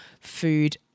food